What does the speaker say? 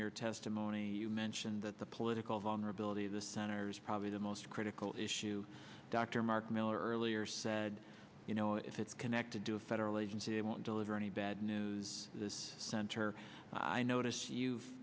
your testimony you mentioned that the political vulnerability of the senator is probably the most critical issue dr mark miller earlier said you know if it's connected to a federal agency able to deliver any bad news this center i notice you've